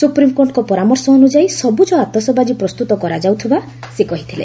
ସୁପ୍ରିମ୍କୋର୍ଟଙ୍କ ପରାମର୍ଶ ଅନୁଯାୟୀ ସବୁଜ ଆତସବାଜି ପ୍ରସ୍ତୁତ କରାଯାଉଥିବା ସେ କହିଥିଲେ